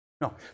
No